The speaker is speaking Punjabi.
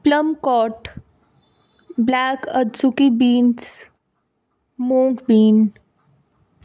ਪਲੱਮਕੋਟ black adzuki beans moong bean